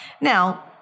Now